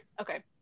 Okay